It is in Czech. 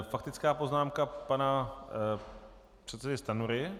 Faktická poznámka pana předsedy Stanjury.